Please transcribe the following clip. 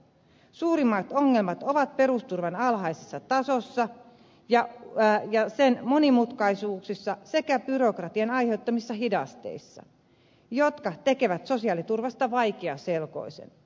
suurimmat ongelmat ovat perusturvan alhaisessa tasossa ja sen monimutkaisuuksissa sekä byrokratian aiheuttamissa hidasteissa jotka tekevät sosiaaliturvasta vaikeaselkoisen